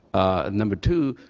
number two,